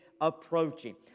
approaching